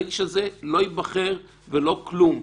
האיש הזה לא ייבחר ולא כלום.